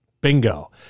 Bingo